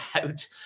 out